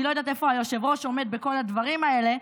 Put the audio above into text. אני לא יודעת איפה היושב-ראש עומד בכל הדברים האלה,